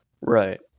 Right